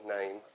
name